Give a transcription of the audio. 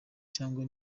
cyangwa